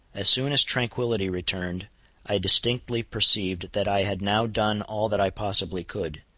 as soon as tranquility returned i distinctly perceived that i had now done all that i possibly could,